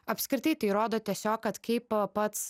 apskritai tai rodo tiesiog kad kaip pats